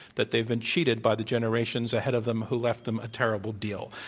that they've been cheated by the generations ahead of them who left them a terrible deal.